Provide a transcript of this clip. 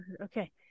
Okay